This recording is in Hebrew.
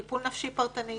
טיפול נפשי פרטני,